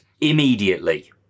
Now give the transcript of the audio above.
immediately